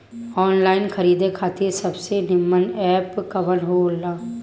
Online खरीदे खातिर सबसे नीमन एप कवन हो ला?